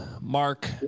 mark